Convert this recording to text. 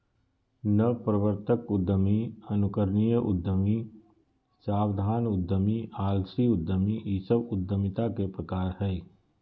नवप्रवर्तक उद्यमी, अनुकरणीय उद्यमी, सावधान उद्यमी, आलसी उद्यमी इ सब उद्यमिता के प्रकार हइ